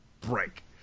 break